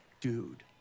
dude